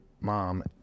mom